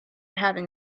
having